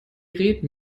reden